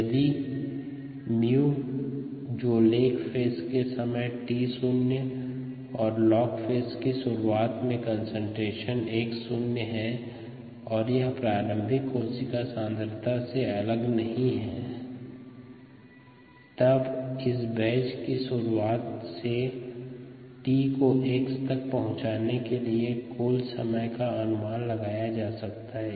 यदि कारक 𝜇 जो लेग फेज का समय t0 और लॉग फेज की शुरुआत में कंसंट्रेशन x0 है और यह प्रारंभिक कोशिका सांद्रता से अलग नहीं है तब इस बैच की शुरुआत से t को x तक पहुँचने के लिए कुल समय का अनुमान लगाया जा सकता हैं